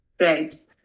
Right